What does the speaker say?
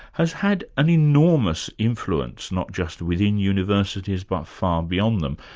has had an enormous influence not just within universities but far beyond them,